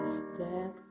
step